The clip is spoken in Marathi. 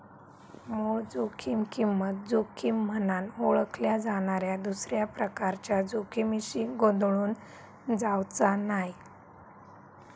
मूळ जोखीम किंमत जोखीम म्हनान ओळखल्या जाणाऱ्या दुसऱ्या प्रकारच्या जोखमीशी गोंधळून जावचा नाय